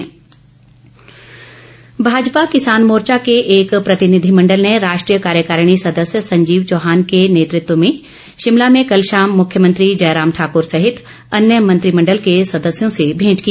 प्रतिनिधिमंडल भाजपा किसान मोर्चा के एक प्रतिनिधिमंडल ने राष्ट्रीय कार्यकारिणी सदस्य संजीव चौहान के नेतृत्व में शिमला में कल शाम मुख्यमंत्री जयराम ठाकर सहित अन्य मंत्रिमंडल के सदस्यों से भेंट की